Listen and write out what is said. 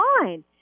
fine